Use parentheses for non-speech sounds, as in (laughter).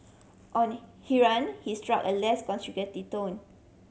on (unintelligible) he struck a less conciliatory tone